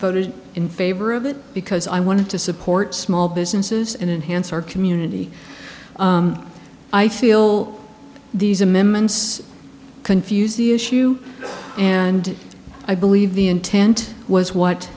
voted in favor of it because i wanted to support small businesses and enhance our community i feel these amendments confuse the issue and i believe the intent was what